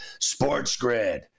SportsGrid